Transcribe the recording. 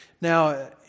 now